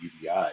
UBI